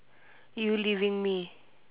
you leaving me